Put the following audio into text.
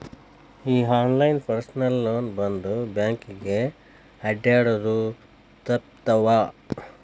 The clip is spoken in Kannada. ಈ ಆನ್ಲೈನ್ ಪರ್ಸನಲ್ ಲೋನ್ ಬಂದ್ ಬ್ಯಾಂಕಿಗೆ ಅಡ್ಡ್ಯಾಡುದ ತಪ್ಪಿತವ್ವಾ